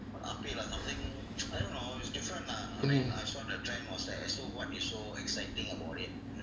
mm